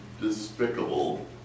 despicable